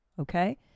okay